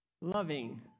loving